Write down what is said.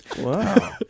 Wow